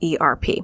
ERP